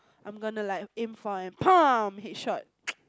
I'm gonna like aim for like headshot